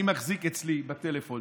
אני מחזיק אצלי בטלפון,